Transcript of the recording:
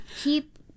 keep